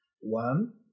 One